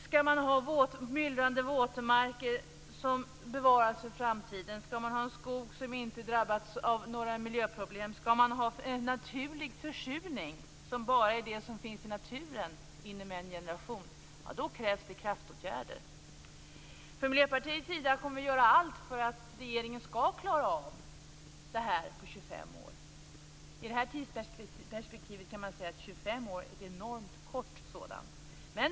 Skall man ha myllrande våtmarker som bevaras för framtiden, en skog som inte drabbats av några miljöproblem, en naturlig försurning som bara är det som finns i naturen inom en generation - då krävs det kraftåtgärder. Miljöpartiet kommer att göra allt för att regeringen skall klara av det här på 25 år. I det här tidsperspektivet kan man säga att 25 år är ett enormt kort perspektiv.